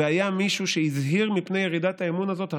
והיה מישהו שהזהיר מפני ירידת האמון הזאת הרבה,